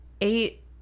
eight